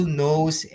knows